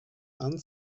and